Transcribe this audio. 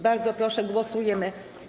Bardzo proszę, głosujemy.